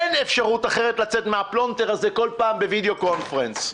אין אפשרות אחרת לצאת מהפלונטר הזה כל פעם בווידיאו קונפרנס.